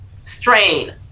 strain